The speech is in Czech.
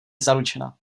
zaručena